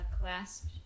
clasped